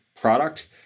product